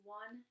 one